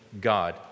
God